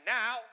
now